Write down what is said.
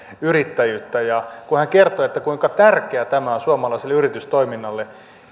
yrittäjyyttä ja kun hän kertoi kuinka tärkeää tämä on suomalaiselle yritystoiminnalle